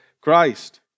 Christ